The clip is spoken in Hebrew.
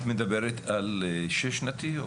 את מדברת על שש שנתי?